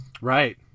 Right